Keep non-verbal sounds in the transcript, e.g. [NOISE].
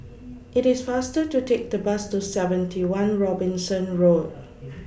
IT IS faster to Take The Bus to seventy one Robinson Road [NOISE]